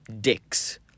dicks